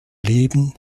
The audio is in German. leben